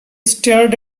stared